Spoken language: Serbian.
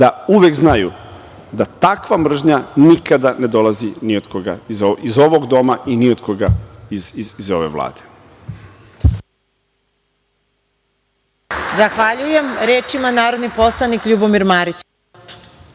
da uvek znaju da takva mržnja nikada ne dolazi ni od koga iz ovog doma i ni od koga iz ove Vlade.